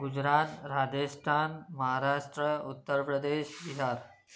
Gujarat Rajasthan Maharashtra Uttar Pradesh Bihar